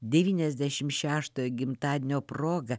devyniasdešimt šeštojo gimtadienio proga